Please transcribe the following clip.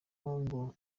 ngo